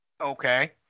Okay